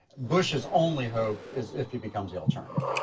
bush's only hope is if he becomes the alternative.